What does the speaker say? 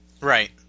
Right